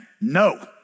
no